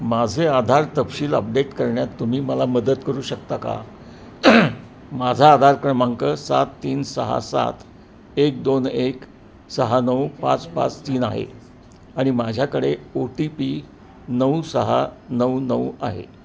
माझे आधार तपशील अपडेट करण्यात तुम्ही मला मदत करू शकता का माझा आधार क्रमांक सात तीन सहा सात एक दोन एक सहा नऊ पाच पाच तीन आहे आणि माझ्याकडे ओ टी पी नऊ सहा नऊ नऊ आहे